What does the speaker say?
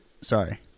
sorry